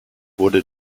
wurde